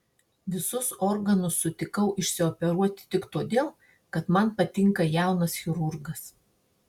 visus organus sutikau išsioperuoti tik todėl kad man patinka jaunas chirurgas